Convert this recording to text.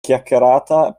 chiacchierata